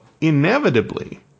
inevitably